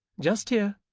just here,